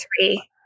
three